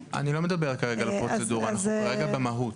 אנחנו במהות.